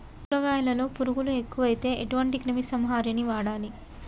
కూరగాయలలో పురుగులు ఎక్కువైతే ఎటువంటి క్రిమి సంహారిణి వాడాలి?